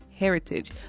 heritage